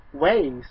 ways